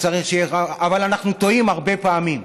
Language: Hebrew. אבל אנחנו טועים הרבה פעמים.